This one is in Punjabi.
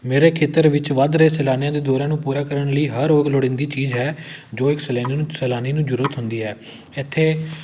ਮੇਰੇ ਖੇਤਰ ਵਿੱਚ ਵੱਧ ਰਹੇ ਸੈਲਾਨੀਆਂ ਦੇ ਦੌਰਿਆਂ ਨੂੰ ਪੂਰਾ ਕਰਨ ਲਈ ਹਰ ਉਹ ਲੋੜੀਂਦੀ ਚੀਜ਼ ਹੈ ਜੋ ਇੱਕ ਸਲੈਨੀ ਨੂੰ ਸੈਲਾਨੀ ਨੂੰ ਜ਼ਰੂਰਤ ਹੁੰਦੀ ਹੈ ਇੱਥੇ